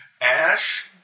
Ash